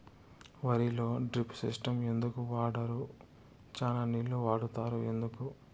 వరిలో drip system ఎందుకు వాడరు? చానా నీళ్లు వాడుతారు ఎందుకు?